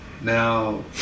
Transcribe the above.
Now